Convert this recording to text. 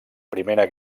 primera